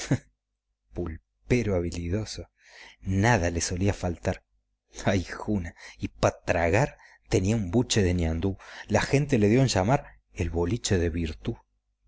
pulpero habilidoso nada le solía faltar ahijuna para tragar tenía un buche de ñandú la gente le dio en llamar el boliche de virtú